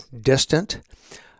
distant